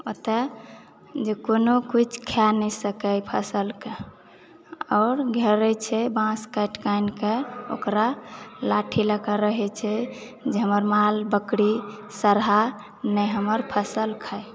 ओतए जे कोनो किछु खाए नहि सकै फसलकेँ आओर घेरै छै बाँस काटि कऽ आनि कऽ ओकरा लाठी लए कऽ रहै छै जे हमर माल बकरी सरहा नहि हमर फसल खाए